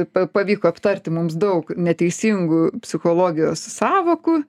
pa pavyko aptarti mums daug neteisingų psichologijos sąvokų